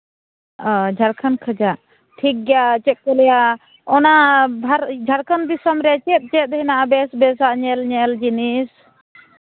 ᱚ ᱡᱷᱟᱲᱠᱷᱚᱸᱰ ᱠᱷᱚᱱᱟᱜ ᱴᱷᱤᱠ ᱜᱮᱭᱟ ᱪᱮᱫ ᱠᱚ ᱞᱟᱹᱭᱟ ᱚᱱᱟ ᱡᱷᱟᱲᱠᱷᱚᱸᱰ ᱫᱤᱥᱚᱢ ᱨᱮ ᱪᱮᱫ ᱪᱮᱫ ᱦᱮᱱᱟᱜᱼᱟ ᱵᱮᱹᱥ ᱵᱮᱹᱥᱟᱜ ᱮᱞ ᱧᱮᱞ ᱡᱤᱱᱤᱥ